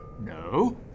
No